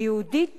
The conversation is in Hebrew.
יהודית